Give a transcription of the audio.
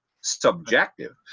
subjective